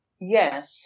Yes